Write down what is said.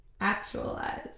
Actualize